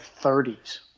30s